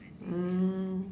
um